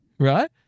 Right